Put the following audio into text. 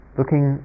looking